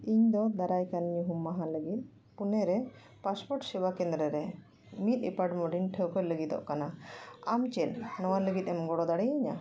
ᱤᱧᱫᱚ ᱫᱟᱨᱟᱭ ᱠᱟᱱ ᱧᱩᱦᱩᱢ ᱢᱟᱦᱟ ᱞᱟᱹᱜᱤᱫ ᱯᱩᱱᱮ ᱨᱮ ᱯᱟᱥᱯᱳᱨᱴ ᱥᱮᱵᱟ ᱠᱮᱱᱫᱨᱚ ᱨᱮ ᱢᱤᱫ ᱮᱯᱟᱨᱴᱢᱮᱱᱴᱤᱧ ᱴᱷᱟᱹᱣᱠᱟᱹ ᱞᱟᱹᱜᱤᱫᱚᱜ ᱠᱟᱱᱟ ᱟᱢ ᱪᱮᱫ ᱱᱚᱣᱟ ᱞᱟᱹᱜᱤᱫ ᱮᱢ ᱜᱚᱲᱚ ᱫᱟᱲᱮᱭᱤᱧᱟ